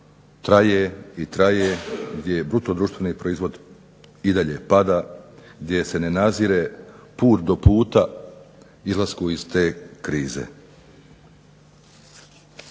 traje i traje, gdje bruto društveni proizvod i dalje pada, gdje se ne nazire put do puta izlasku iz te krize.